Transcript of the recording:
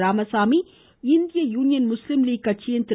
ராமசாமி இந்திய union Muslim league கட்சியின் திரு